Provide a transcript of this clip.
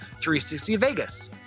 360Vegas